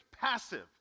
Passive